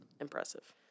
Impressive